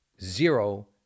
zero